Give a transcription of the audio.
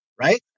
right